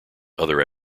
other